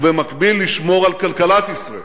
ובמקביל לשמור על כלכלת ישראל.